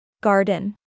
Garden